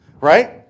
right